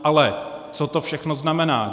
Ale co to všechno znamená?